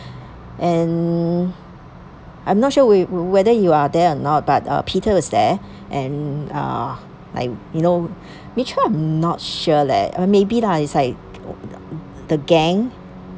and I'm not sure we whether you were there or not but uh peter was there and uh I you know michelle I'm not sure leh uh maybe lah it's like the gang